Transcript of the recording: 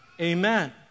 Amen